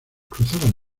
cruzaban